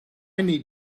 need